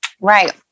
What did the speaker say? right